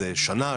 שנה,